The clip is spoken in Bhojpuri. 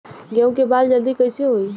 गेहूँ के बाल जल्दी कईसे होई?